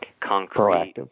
concrete